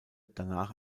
danach